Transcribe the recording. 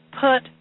put